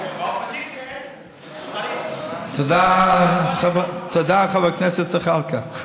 באופוזיציה אין דברים, תודה, חבר הכנסת זחאלקה.